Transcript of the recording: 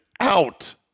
out